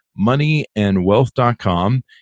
moneyandwealth.com